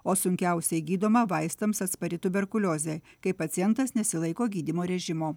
o sunkiausiai gydoma vaistams atspari tuberkuliozė kai pacientas nesilaiko gydymo režimo